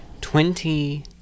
Twenty